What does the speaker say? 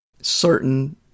certain